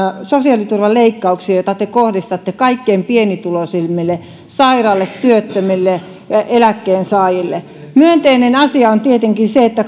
sosiaaliturvan leikkauksia joita te kohdistatte kaikkein pienituloisimmille sairaille työttömille eläkkeensaajille myönteinen asia on tietenkin se että